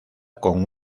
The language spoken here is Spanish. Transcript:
con